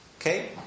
Okay